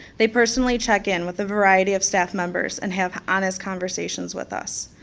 they personally check in with a variety of staff members and have honest conversations with us.